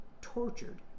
tortured